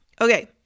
Okay